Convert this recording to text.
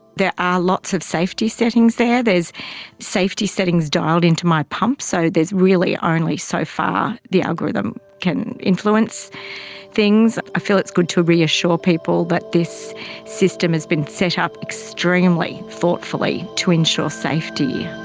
there are lots of safety settings there, there's safety settings dialled into my pump. so there's really only so far the algorithm can influence things. i feel it's good to reassure people that this system has been set up extremely thoughtfully to ensure safety.